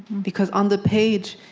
because on the page,